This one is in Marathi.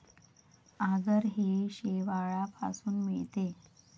आगर हे शेवाळापासून मिळते